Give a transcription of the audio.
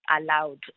allowed